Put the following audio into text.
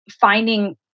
finding